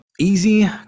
easy